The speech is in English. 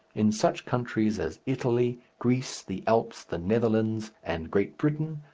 in such countries as italy, greece, the alps, the netherlands, and great britain,